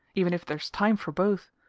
even if there's time for both.